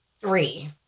three